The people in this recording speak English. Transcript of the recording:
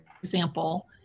example